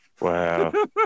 Wow